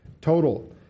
total